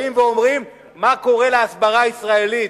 באים ואומרים: מה קורה להסברה הישראלית?